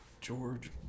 George